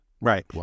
right